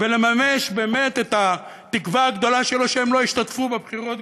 ולממש באמת את התקווה הגדולה שלו שהם לא ישתתפו בבחירות,